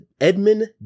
Edmund